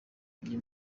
uyu